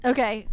Okay